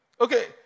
Okay